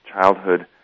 childhood